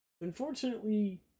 unfortunately